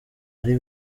ari